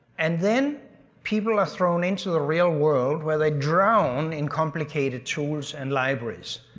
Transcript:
and then people are thrown into the real world where they drown in complicated tools and libraries.